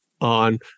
on